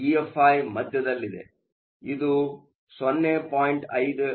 EFi ಮಧ್ಯದಲ್ಲಿದೆ ಆದ್ದರಿಂದ ಇದು 0